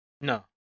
No